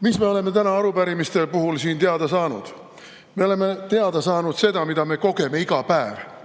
Mis me oleme täna arupärimiste puhul siin teada saanud? Me oleme teada saanud seda, mida me kogeme iga päev,